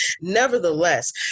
Nevertheless